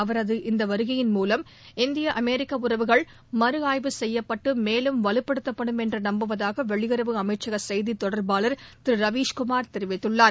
அவரது இந்த வருகையின் மூலம் இந்திய அமெரிக்க உறவுகள் மறு ஆய்வு செய்யப்பட்டு மேலும் வலுப்படுத்தப்படு என்று நம்புவதாக வெளியுறவு அமைச்சக செய்தி தொடர்பாளர் திரு ரவீஸ் குமார் தெரிவித்துள்ளார்